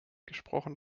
gesprochen